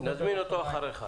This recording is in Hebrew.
נזמין אותו אחריך.